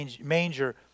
manger